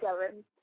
seven